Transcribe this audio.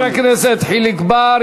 תודה לחבר הכנסת חיליק בר.